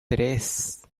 tres